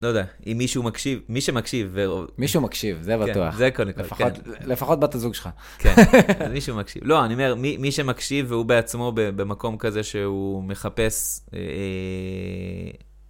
לא יודע, אם מישהו מקשיב, מי שמקשיב, ורוב... מישהו מקשיב, זה בטוח. זה קונקרט, כן. לפחות בת הזוג שלך. כן, מישהו מקשיב. לא, אני אומר, מי שמקשיב והוא בעצמו במקום כזה שהוא מחפש...